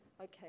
Okay